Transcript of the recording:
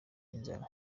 inzara